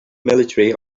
military